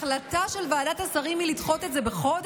שההחלטה של ועדת השרים היא לדחות את זה בחודש?